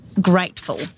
grateful